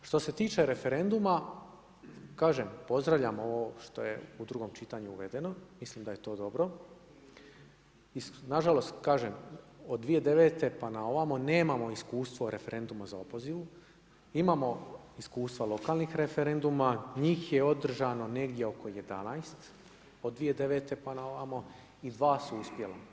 Što se tiče referenduma, kažem, pozdravljam ovo što je u drugom čitanju uvedeno, mislim da je to dobro, nažalost kažem od 2009. pa na ovamo nemamo iskustva o referendumu za opoziv, imamo iskustva lokalnih referenduma, njih je održano negdje oko 11 od 2009. pa na ovamo i 2 su uspjela.